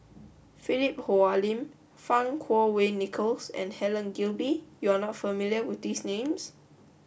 Philip Hoalim Fang Kuo Wei Nicholas and Helen Gilbey you are not familiar with these names